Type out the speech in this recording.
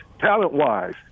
talent-wise